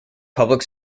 public